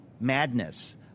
madness